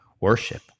worship